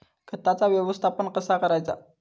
खताचा व्यवस्थापन कसा करायचा?